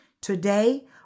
Today